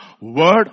word